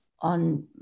on